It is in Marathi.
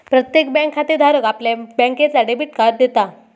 प्रत्येक बँक खातेधाराक आपल्या बँकेचा डेबिट कार्ड देता